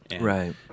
Right